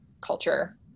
culture